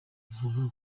bavuga